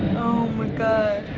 oh my god.